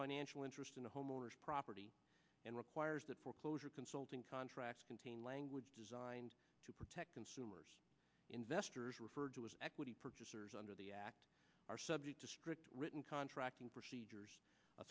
financial interest in a home owner's property and requires that foreclosure consulting contracts contain language designed to protect consumers investors are referred to as equity purchasers under the act are subject to strict written contracting procedures a